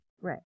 Right